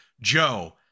joe